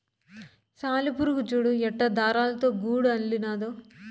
సాలెపురుగు చూడు ఎట్టా దారాలతో గూడు అల్లినాదో